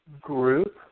group